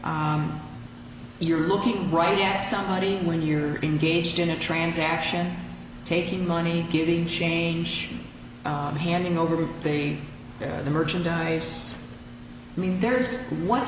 you're looking right at somebody when you're engaged in a transaction taking money giving change and handing over the merchandise i mean there's one